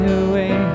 away